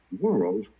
world